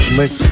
make